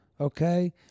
Okay